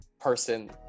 person